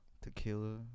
tequila